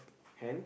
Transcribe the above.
hand